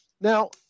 Now